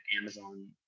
Amazon